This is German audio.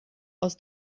aus